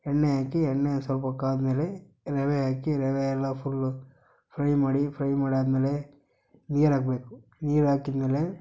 ಎಣ್ಣೆ ಹಾಕಿ ಎಣ್ಣೆ ಸ್ವಲ್ಪ ಕಾದ ಮೇಲೆ ರವೆ ಹಾಕಿ ರವೆಯೆಲ್ಲ ಫುಲ್ಲು ಫ್ರೈ ಮಾಡಿ ಫ್ರೈ ಮಾಡಿ ಆದ ಮೇಲೆ ನೀರು ಹಾಕಬೇಕು ನೀರು ಹಾಕಿದ ಮೇಲೆ